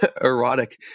erotic